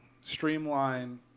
streamline